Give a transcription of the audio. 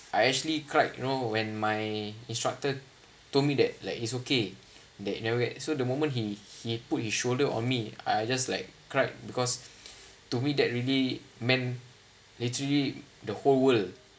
I actually cried you know when my instructor told me that like is okay that you never get so the moment he he put his shoulder on me I just like cried because to me that really meant literally the whole world